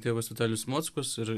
tėvas vitalijus mockus ir